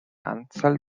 anzahl